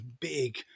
big